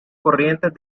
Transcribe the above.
corrientes